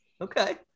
Okay